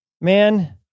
Man